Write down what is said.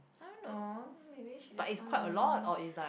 I don't know maybe she just want to known